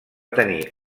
tenir